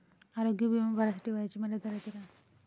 आरोग्य बिमा भरासाठी वयाची मर्यादा रायते काय?